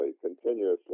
continuously